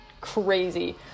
crazy